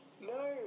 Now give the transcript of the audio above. No